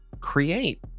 create